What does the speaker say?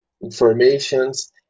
informations